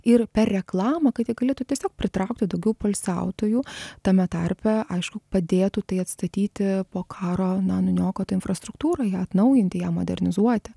ir per reklamą kad jie galėtų tiesiog pritraukti daugiau poilsiautojų tame tarpe aišku padėtų tai atstatyti po karo na nuniokotą infrastruktūrą ją atnaujinti ją modernizuoti